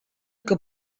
que